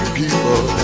people